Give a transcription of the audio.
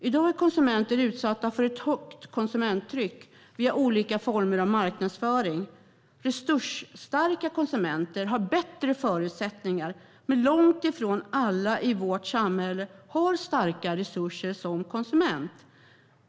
I dag är konsumenter utsatta för ett högt konsumtionstryck via olika former av marknadsföring. Resursstarka konsumenter har bättre förutsättningar. Men långt ifrån alla i vårt samhälle har starka resurser som konsument.